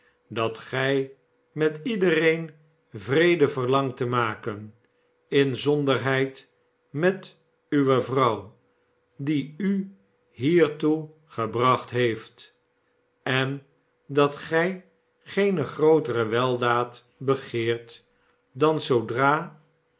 dat gij met iedereen vrede verlangt te maken inzonderheid met uwe vrouw die u hiertoe gebracht heeft en dat gij geene grootere weldaad begeert dan zoodra